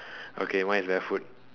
okay mine is barefoot